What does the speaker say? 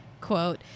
quote